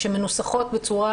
שמנוסחות בצורה,